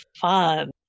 fun